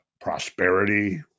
prosperity